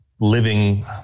living